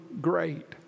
great